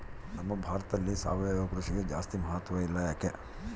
ನಮ್ಮ ಭಾರತದಲ್ಲಿ ಸಾವಯವ ಕೃಷಿಗೆ ಜಾಸ್ತಿ ಮಹತ್ವ ಇಲ್ಲ ಯಾಕೆ?